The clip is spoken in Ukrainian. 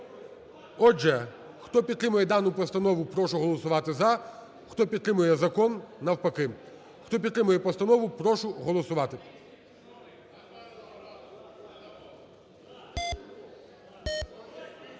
Отже, хто підтримує дану постанову, прошу голосувати "за", хто підтримує закон, навпаки. Хто підтримує постанову, прошу голосувати.